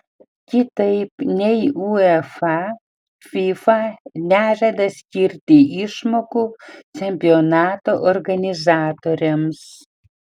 kitaip nei uefa fifa nežada skirti išmokų čempionato organizatoriams